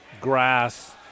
grass